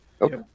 Okay